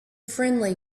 friendly